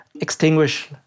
extinguish